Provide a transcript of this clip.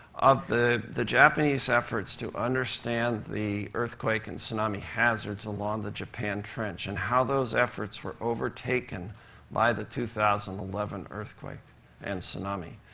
of the the japanese efforts to understand the earthquake and tsunami hazards along the japan trench and how those efforts were overtaken by the two thousand and eleven earthquake and tsunami.